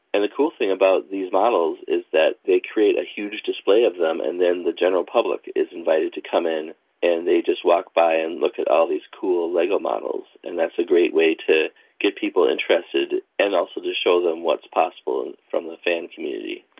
and the cool thing about these models is they create a huge display of them and then the general public is invited to come in and they just walk by and look at all these cool lego models. and that's a great way to get people interested and also to show them what's possible from the fan community.